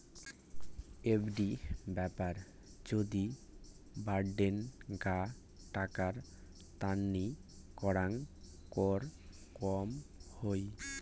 FD ব্যাপার যদি বাডেনগ্না টাকা তান্নি করাং কর কম হই